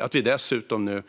Vi har nu dessutom